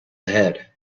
ahead